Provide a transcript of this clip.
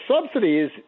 subsidies